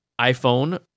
iPhone